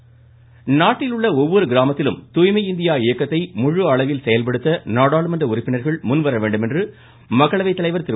பிர்லா நாட்டிலுள்ள ஒவ்வொரு கிராமத்திலும் தூய்மை இந்தியா இயக்கத்தை முழு அளவில் செயல்படுத்த நாடாளுமன்ற உறுப்பினர்கள் முன்வர வேண்டும் என மக்களவைத் தலைவர் திரு